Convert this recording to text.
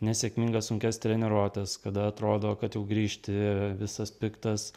nesėkmingas sunkias treniruotes kada atrodo kad jau grįžti visas piktas